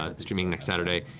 ah streaming next saturday.